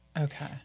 Okay